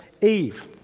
Eve